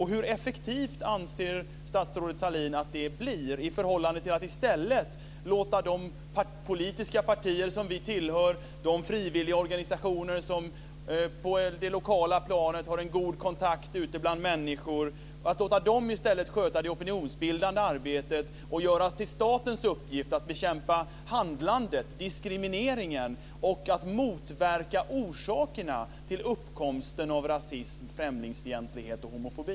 Hur effektivt anser statsrådet Sahlin att det blir i förhållande till att i stället låta de politiska partier vi tillhör och de frivilliga organisationer som på det lokala planet har en god kontakt ute bland människor, sköta det opinionsbildande arbetet, och göra statens uppgift till att bekämpa handlandet, diskrimineringen och att motverka orsakerna till uppkomsten av rasism, främlingsfientlighet och homofobi?